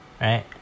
right